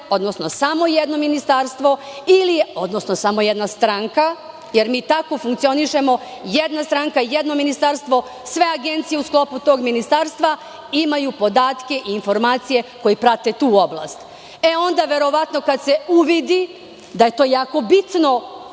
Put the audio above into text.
odnosno samo jedno ministarstvo, odnosno samo jedna stranka, jer mi tako funkcionišemo, jedna stranka, jedno ministarstvo, sve agencije u sklopu tog ministarstva imaju podatke i informacije koji prate tu oblast? Onda, verovatno kada se uvidi da je to jako bitno,